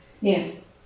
Yes